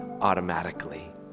automatically